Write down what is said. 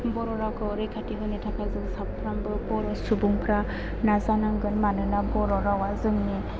बर' रावखौ रैखाथि होनो थाखाय जों साफ्रामबो बर' सुबुंफ्रा नाजा नांगोन मानोना बर' रावा जोंनि